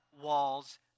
walls